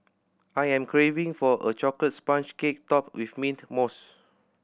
I am craving for a chocolate sponge cake topped with mint mousse